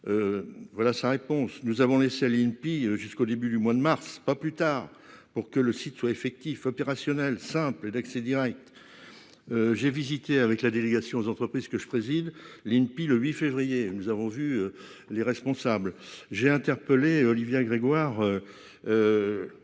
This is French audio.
Voilà sa réponse. Nous avons laissé l'INPI jusqu'au début du mois de mars, pas plus tard pour que le site soit effectif. Opérationnel. D'accès Direct. J'ai visité avec la délégation aux entreprises que je préside l'INPI le 8 février. Nous avons vu les responsables. J'ai interpellé Olivia Grégoire.